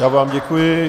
Já vám děkuji.